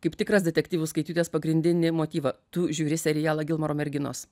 kaip tikras detektyvų skaitytojas pagrindinį motyvą tu žiūri serialą gilmaro merginos